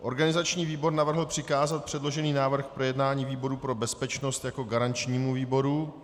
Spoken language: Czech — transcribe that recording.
Organizační výbor navrhl přikázat předložený návrh k projednání výboru pro bezpečnost jako garančnímu výboru.